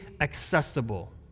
accessible